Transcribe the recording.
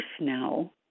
now